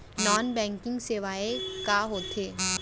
non banking सेवाएं का होथे